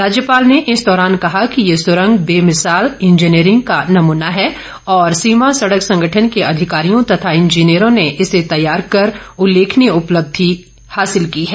राज्यपाल ने इस दौरान कहा कि ये सुरंग बेमिसाल इंजीनियरिंग का नमना है और सीमा सडक संगठन के अधिकारियों तथा इंजीनियरों ने इसे तैयार कर उल्लेखनीय उपलब्धि तैयार की है